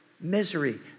misery